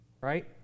Right